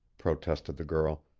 protested the girl.